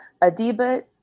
adiba